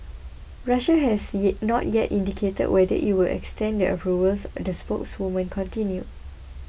Russia has yet not yet indicated whether it will extend the approvals the spokeswoman continued